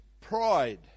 pride